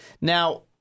Now